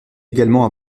également